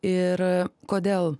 ir kodėl